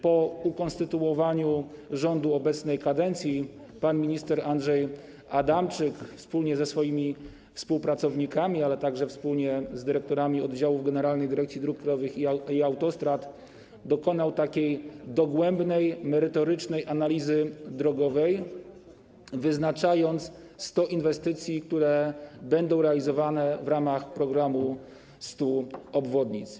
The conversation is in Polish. Po ukonstytuowaniu rządu obecnej kadencji pan minister Andrzej Adamczyk ze współpracownikami, ale także z dyrektorami oddziałów Generalnej Dyrekcji Dróg Krajowych i Autostrad dokonał dogłębnej, merytorycznej analizy drogowej i wyznaczył 100 inwestycji, które będą realizowane w ramach programu 100 obwodnic.